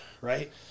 Right